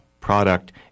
product